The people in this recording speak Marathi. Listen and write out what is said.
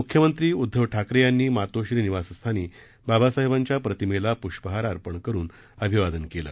मुख्यमंत्री उद्धव ठाकरे यांनी मातोश्री निवासस्थानी बाबासाहेबांच्या प्रतिमेला पुष्पहार अर्पण करून अभिवादन केलं